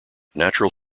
natural